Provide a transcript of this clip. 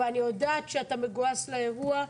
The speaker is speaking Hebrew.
ואני יודעת שאתה מגויס לאירוע,